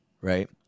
Right